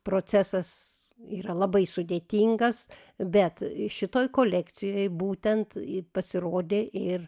procesas yra labai sudėtingas bet šitoj kolekcijoj būtent ji pasirodė ir